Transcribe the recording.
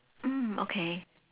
mm okay